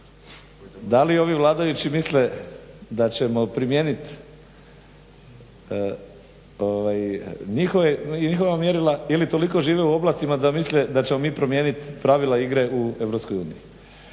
Da li ovi vladajući misle da ćemo primijeniti njihova mjerila ili toliko žive u oblacima da misle da ćemo mi promijenit pravila igre u EU.